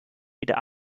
wieder